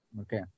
Okay